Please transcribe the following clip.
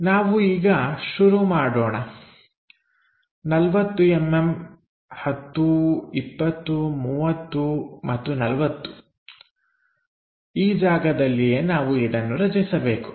ನಾವು ಈಗ ಶುರು ಮಾಡೋಣ 40mm 10 20 30 ಮತ್ತು40 ಈ ಜಾಗದಲ್ಲಿಯೇ ನಾವು ಇದನ್ನು ರಚಿಸಬೇಕು